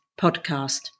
podcast